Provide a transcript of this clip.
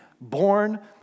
born